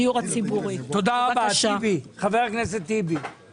בעשר וחצי אתמול בלילה,